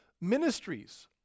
ministries